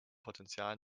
potenzial